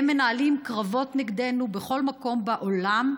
הם מנהלים קרבות נגדנו בכל מקום בעולם.